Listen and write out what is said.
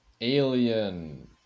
Alien